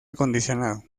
acondicionado